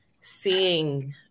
seeing